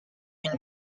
une